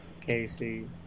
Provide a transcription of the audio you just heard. Casey